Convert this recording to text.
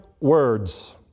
words